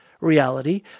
reality